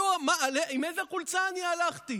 עם איזו חולצה אני הלכתי?